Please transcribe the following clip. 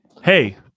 Hey